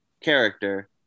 character